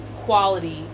quality